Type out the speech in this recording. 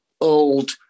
old